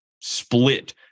split